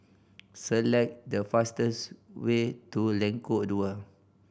select the fastest way to Lengkok Dua